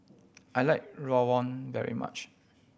I like rawon very much